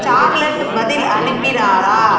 சார்லட் பதில் அனுப்பினாரா